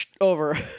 Over